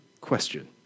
question